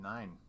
Nine